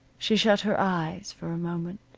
she shut her eyes for a moment.